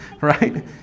Right